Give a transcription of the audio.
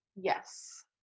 yes